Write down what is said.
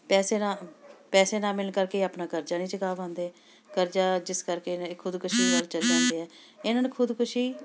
ਪੈਸੇ ਨਾ ਪੈਸੇ ਨਾ ਮਿਲਣ ਕਰਕੇ ਇਹ ਆਪਣਾ ਕਰਜ਼ਾ ਨਹੀਂ ਚੁਕਾ ਪਾਉਂਦੇ ਕਰਜ਼ਾ ਜਿਸ ਕਰਕੇ ਇਹ ਖੁਦਕੁਸ਼ੀ ਵੱਲ ਚਲੇ ਜਾਂਦੇ ਆ ਇਹਨਾਂ ਨੂੰ ਖੁਦਕੁਸ਼ੀ